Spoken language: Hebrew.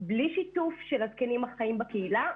בלי שיתוף של הזקנים החיים בקהילה,